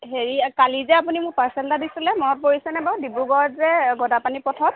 হেৰি কালি যে আপুনি মোক পাৰ্চেল এটা দিছিলে মনত পৰিছেনে বাৰু ডিব্ৰুগড়ত যে গদাপাণি পথত